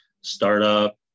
startup